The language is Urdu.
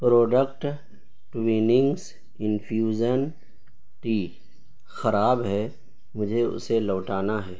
پروڈکٹ ٹویننگس انفیوژن ٹی خراب ہے مجھے اسے لوٹانا ہے